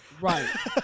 Right